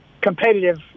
competitive